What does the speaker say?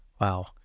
Wow